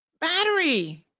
battery